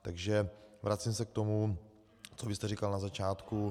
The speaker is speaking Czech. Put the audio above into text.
Takže se vracím k tomu, co jste říkal na začátku.